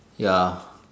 ya